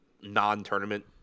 non-tournament